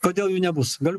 kodėl jų nebus galiu